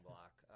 block